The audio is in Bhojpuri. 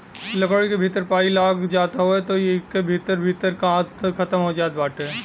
लकड़ी के भीतर पाई लाग जात हवे त इ एके भीतरे भीतर खतम हो जात बाटे